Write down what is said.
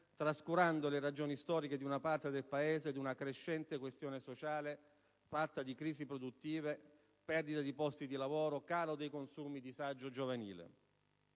trascurando le ragioni storiche di una parte del Paese ed una crescente questione sociale fatta di crisi produttive, perdita di posti di lavoro, calo dei consumi, disagio giovanile.